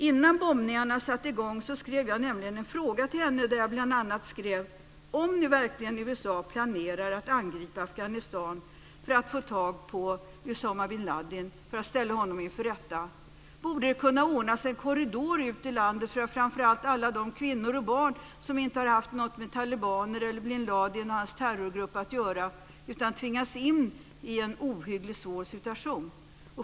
Innan bombningarna satte i gång ställde jag nämligen en fråga till henne, där jag bl.a. skrev: Om nu verkligen USA planerar att angripa Afghanistan för att få tag på Usama bin Ladin för att ställa honom inför rätta, borde det kunna ordnas en korridor ut ur landet för framför allt alla de kvinnor och barn som inte har haft något med talibaner eller bin Ladin och hans terrorgrupp att göra utan tvingats in i en ohyggligt svår situation.